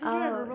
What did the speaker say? oh